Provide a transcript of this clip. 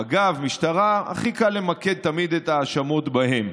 מג"ב, משטרה, והכי קל למקד תמיד את ההאשמות בהם.